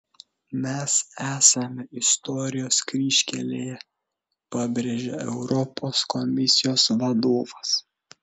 mes esame istorijos kryžkelėje pabrėžė europos komisijos vadovas